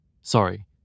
Sorry